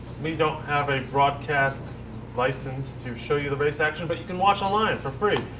we don't have a broadcast license to show you the race action but you can watch online for free.